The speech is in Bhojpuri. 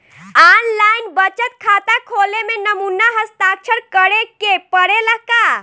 आन लाइन बचत खाता खोले में नमूना हस्ताक्षर करेके पड़ेला का?